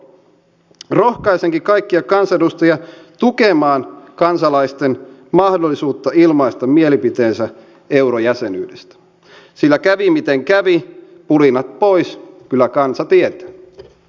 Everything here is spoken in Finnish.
rohkaisenkin kaikkia kansanedustajia tukemaan kansalaisten mahdollisuutta ilmaista mielipiteensä eurojäsenyydestä sillä kävi miten kävi pulinat pois kyllä kansa tietää